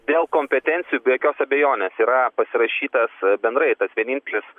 dėl kompetencijų be jokios abejonės yra pasirašytas bendrai tas vienintelis